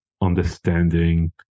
understanding